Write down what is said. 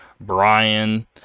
Brian